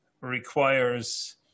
requires